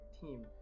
team